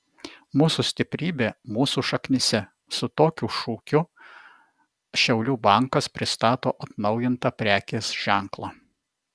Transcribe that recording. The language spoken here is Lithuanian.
mūsų stiprybė mūsų šaknyse su tokiu šūkiu šiaulių bankas pristato atnaujintą prekės ženklą